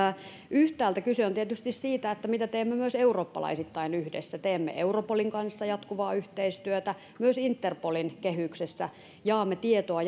yhtäältä kyse on tietysti siitä mitä teemme myös eurooppalaisittain yhdessä teemme europolin kanssa jatkuvaa yhteistyötä myös interpolin kehyksessä jaamme tietoa